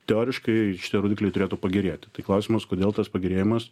teoriškai šie rodikliai turėtų pagerėti tai klausimas kodėl tas pagerėjimas